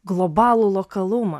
globalų lokalumą